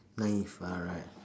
naive ah right